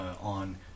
on